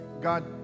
God